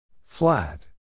Flat